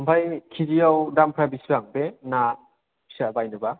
ओमफ्राय केजिआव दामफ्रा बेसेबां बे ना फिसा बायनोबा